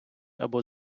або